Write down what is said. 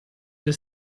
the